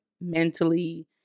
mentally